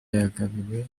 yagabiwe